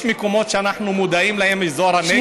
יש מקומות שאנחנו מודעים להם, באזור הנגב.